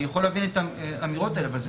אני יכול להבין את האמירות האלה אבל זה